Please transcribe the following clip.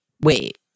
Wait